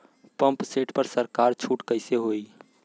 Pump set पर सरकार छूट कईसे होई?